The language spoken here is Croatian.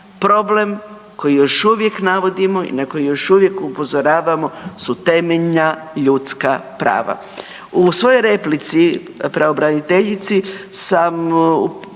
Problem koji još uvijek navodimo i na koji još uvijek upozoravamo su temeljna ljudska prava. U svojoj replici pravobraniteljici sam